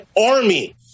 army